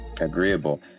agreeable